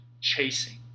chasing